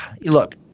look